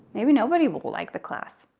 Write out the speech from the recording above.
maybe nobody will will like the class.